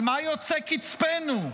על מה יוצא קצפנו?